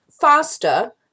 faster